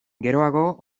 geroago